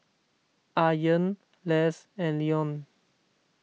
Ayaan Less and Leone